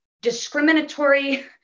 discriminatory